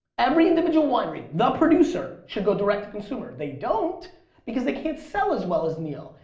every individual winery, the producer should go direct to consumer. they don't because they can't sell as well as neil.